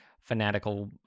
fanatical